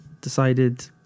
Decided